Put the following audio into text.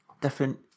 different